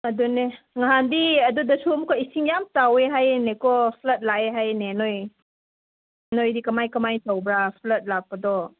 ꯑꯗꯨꯅꯦ ꯅꯍꯥꯟꯗꯤ ꯑꯗꯨꯗꯁꯨ ꯑꯃꯨꯛꯀ ꯏꯁꯤꯡ ꯌꯥꯝ ꯆꯥꯎꯏ ꯍꯥꯏꯅꯦ ꯀꯣ ꯐ꯭ꯂꯗ ꯂꯥꯛꯑꯦ ꯍꯥꯏꯅꯦ ꯅꯣꯏ ꯅꯣꯏꯗꯤ ꯀꯃꯥꯏ ꯀꯃꯥꯏꯅ ꯇꯧꯕ꯭ꯔ ꯐ꯭ꯂꯗ ꯂꯥꯛꯄꯗꯣ